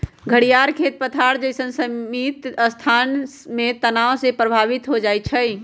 घरियार खेत पथार जइसन्न सीमित स्थान में तनाव से प्रभावित हो जाइ छइ